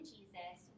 Jesus